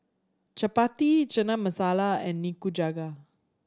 Chapati Chana Masala and Nikujaga